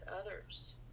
others